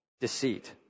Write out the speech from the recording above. Deceit